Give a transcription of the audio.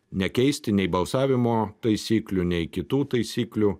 nekeisti nei balsavimo taisyklių nei kitų taisyklių